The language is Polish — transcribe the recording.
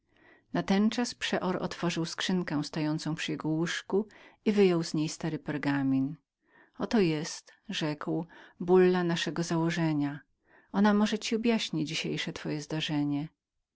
palców księżniczki natenczas przeor otworzył skrzynkę stojącą przy jego łóżku i wyjął z niej stary pargamin oto jest rzekł bulla naszego założenia ona może ci objaśni dzisiejsze twoje zdarzenie